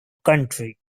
country